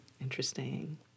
Interesting